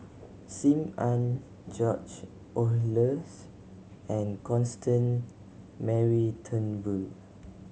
Sim Ann George Oehlers and Constant Mary Turnbull